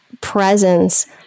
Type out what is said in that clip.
presence